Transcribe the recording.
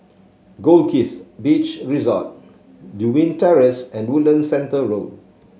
Goldkist Beach Resort Lewin Terrace and Woodlands Centre Road